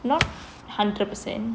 not hundred percent